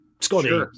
Scotty